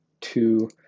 two